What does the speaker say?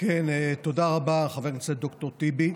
תודה רבה, חבר הכנסת ד"ר טיבי.